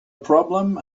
problem